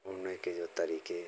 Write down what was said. उड़ने के जो तरीके